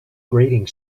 grating